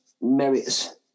merits